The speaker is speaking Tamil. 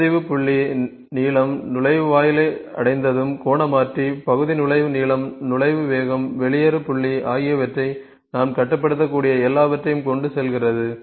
முன்பதிவு புள்ளி நீளம் நுழைவாயிலை அடைந்ததும் கோண மாற்றி பகுதி நுழைவு நீளம் நுழைவு வேகம் வெளியேறு புள்ளி ஆகியவற்றை நாம் கட்டுப்படுத்தக்கூடிய எல்லாவற்றையும் கொண்டு செல்கிறது